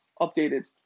updated